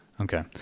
Okay